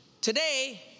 today